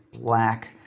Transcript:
black